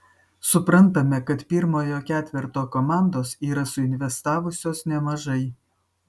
suprantame kad pirmojo ketverto komandos yra suinvestavusios nemažai